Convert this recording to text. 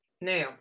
Now